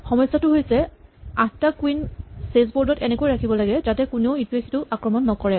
সমস্যাটো হৈছে আঠটা কুইন ছেচ বৰ্ড ত এনেকৈ ৰাখিব লাগে যাতে কোনেও ইটোৱে সিটোক আক্ৰমণ নকৰে